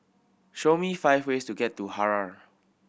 show me five ways to get to Harare